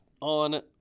on